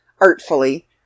artfully